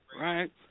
Right